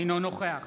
אינו נוכח